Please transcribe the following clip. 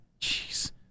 Jeez